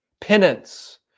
Penance